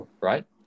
right